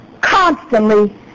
constantly